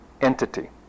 entity